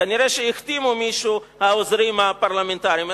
כנראה החתימו מישהו העוזרים הפרלמנטריים.